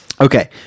okay